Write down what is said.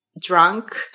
drunk